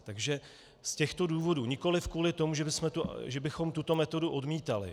Takže z těchto důvodů, nikoliv kvůli tomu, že bychom tuto metodu odmítali.